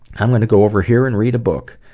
i'm gonna go over here and read a book.